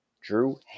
Drew